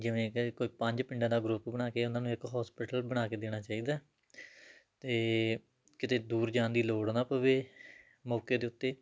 ਕਿਵੇਂ ਕਿ ਕੋਈ ਪੰਜ ਪਿੰਡਾਂ ਦਾ ਗਰੁੱਪ ਬਣਾ ਕੇ ਉਹਨਾਂ ਨੂੰ ਇੱਕ ਹੋਸਪਿਟਲ ਬਣਾ ਕੇ ਦੇਣਾ ਚਾਹੀਦਾ ਤਾਂ ਕਿਤੇ ਦੂਰ ਜਾਣ ਦੀ ਲੋੜ ਨਾ ਪਵੇ ਮੌਕੇ ਦੇ ਉੱਤੇ